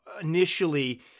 initially